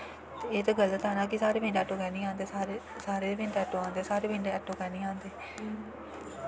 एह् ते गल्त ऐ ना कि साढ़े पिंड आटो कैंह् निं आंदे सारें पिंड आटो आंदे साढ़े पिंड आटो कैंह् निं आंदे